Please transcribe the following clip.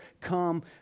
come